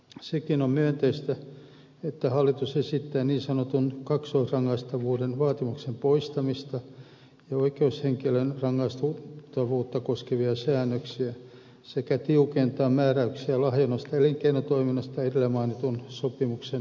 sekin on myönteistä että hallitus esittää niin sanotun kaksoisrangaistavuuden vaatimuksen poistamista ja oikeushenkilön rangaistavuutta koskevia säännöksiä sekä tiukentaa määräyksiä lahjonnasta elinkeinotoiminnassa edellä mainitun sopimuksen vaatimalla tavalla